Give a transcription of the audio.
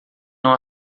não